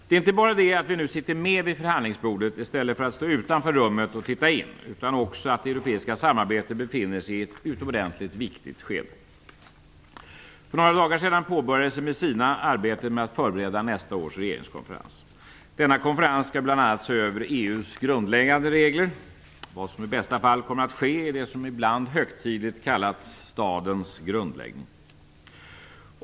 Det är inte bara det att vi nu sitter med vid förhandlingsbordet i stället för att stå utanför rummet och titta in, utan det europeiska samarbetet befinner sig också i ett utomordentligt viktigt skede. För några dagar sedan påbörjades i Messina arbetet med att förbereda nästa års regeringskonferens. Denna konferens skall bl.a. se över EU:s grundläggande regler. Vad som i bästa fall kommer att ske är det som ibland högtidligt kallats "stadens grundläggning".